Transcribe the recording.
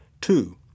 Two